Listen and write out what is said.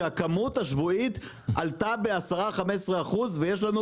שהכמות השבועית עלתה ב-10-15 אחוזים ויש לנו